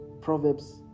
Proverbs